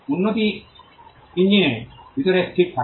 উন্নতি ইঞ্জিনের ভিতরে স্থির থাকে